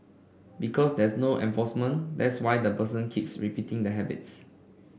because there's no enforcement that's why the person keeps repeating the habits